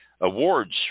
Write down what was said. awards